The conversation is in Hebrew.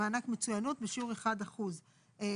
ו-(ה)(1),